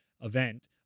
event